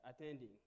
attending